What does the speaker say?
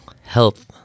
health